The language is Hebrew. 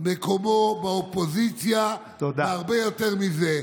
מקומו באופוזיציה, והרבה יותר מזה.